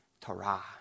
Torah